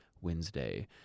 Wednesday